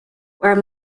were